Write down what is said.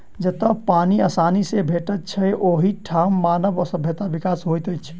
जतअ पाइन आसानी सॅ भेटैत छै, ओहि ठाम मानव सभ्यता विकसित होइत अछि